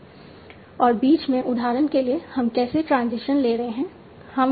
और बीच में उदाहरण के लिए हम कैसे ट्रांजिशन ले रहे हैं